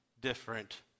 different